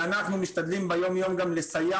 ואנחנו משתדלים ביום-יום גם לסייע